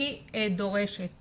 אני דורשת